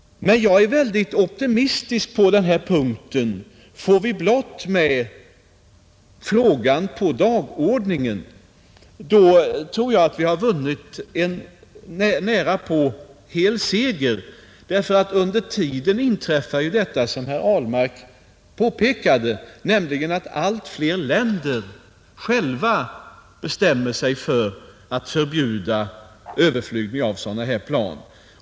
Men jag är väldigt optimistisk på denna punkt. Får vi blott med frågan på dagordningen, tror jag att vi har vunnit en nära nog fullständig seger. Under tiden inträffar ju det som herr Ahlmark påpekade, nämligen att allt fler länder själva bestämmer sig för att förbjuda överflygning med sådana här plan.